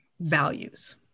values